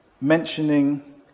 mentioning